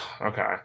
okay